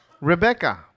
Rebecca